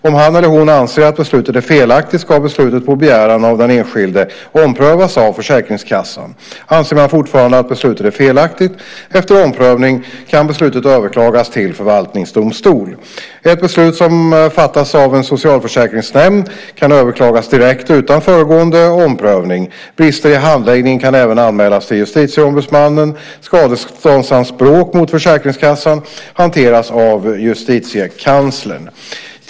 Om han eller hon anser att beslutet är felaktigt ska beslutet på begäran av den enskilde omprövas av Försäkringskassan. Anser man fortfarande att beslutet är felaktigt efter omprövning kan beslutet överklagas till förvaltningsdomstol. Ett beslut som fattats av en socialförsäkringsnämnd kan överklagas direkt utan föregående omprövning. Brister i handläggningen kan även anmälas till Justitieombudsmannen. Skadeståndsanspråk mot Försäkringskassan hanteras av Justitiekanslern.